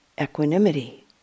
equanimity